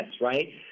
right